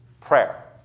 prayer